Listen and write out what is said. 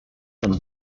him